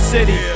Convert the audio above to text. City